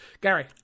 Gary